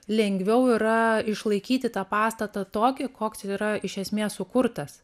lengviau yra išlaikyti tą pastatą tokį koks yra iš esmės sukurtas